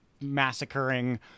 massacring